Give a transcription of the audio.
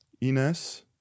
Ines